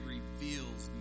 reveals